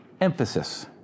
emphasis